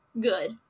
good